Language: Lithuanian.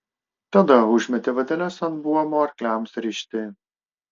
tada užmetė vadeles ant buomo arkliams rišti